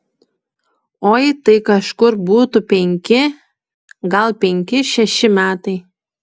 oi tai kažkur būtų penki gal penki šeši metai